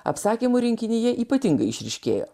apsakymų rinkinyje ypatingai išryškėjo